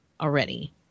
already